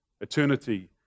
Eternity